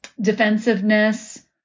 defensiveness